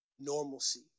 Normalcy